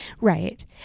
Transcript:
Right